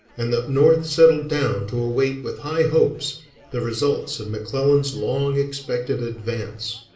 and the north settled down to await with high hopes the results of mcclellan's long expected advance.